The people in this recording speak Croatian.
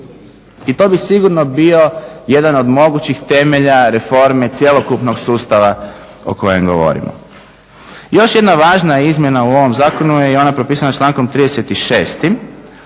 I to bi sigurno bio jedan od mogućih temelja reforme cjelokupnog sustava o kojem govorimo. Još jedna važna izmjena u ovom zakonu je i ona propisana člankom 36.